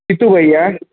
तितू भैया